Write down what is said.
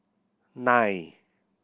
nine